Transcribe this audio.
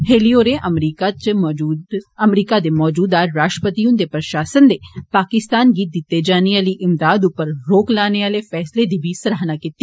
हैली होर्रे अमरीका दे मौजूदा राष्ट्रपति हृन्दे प्रशासन दे पाकिस्तान गी दिती जाने आली इमदाद उप्पर रोक लाने आले फैसले दी बी सराहना कीती